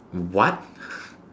what